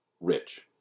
rich